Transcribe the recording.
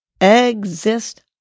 exist